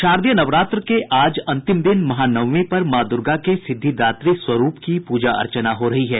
शारदीय नवरात्र के आज अंतिम दिन महानवमी पर माँ दूर्गा के सिद्धिदात्री स्वरूप की पूजा अर्चना हो रही है